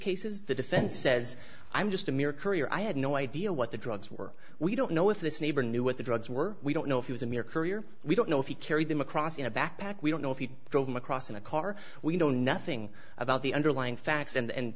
cases the defense says i'm just a mere courier i had no idea what the drugs were we don't know if this neighbor knew what the drugs were we don't know if he was in your career we don't know if he carried them across in a backpack we don't know if you throw them across in a car we know nothing about the underlying facts and